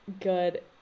good